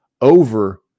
over